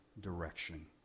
direction